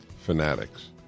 fanatics